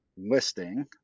listing